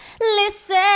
Listen